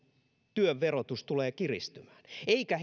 työn verotus tulee kiristymään eikä